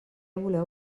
voleu